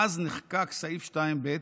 מאז נחקק סעיף 2(ב),